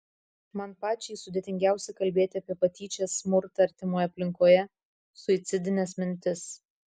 man pačiai sudėtingiausia kalbėti apie patyčias smurtą artimoje aplinkoje suicidines mintis